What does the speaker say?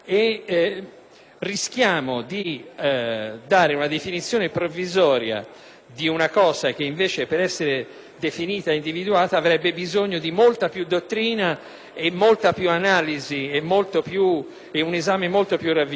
rischiamo di dare una definizione provvisoria di una cosa che invece, per essere definita e individuata, avrebbe bisogno di molta più dottrina, di molta più analisi e di un esame molto più ravvicinato.